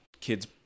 kids